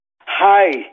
Hi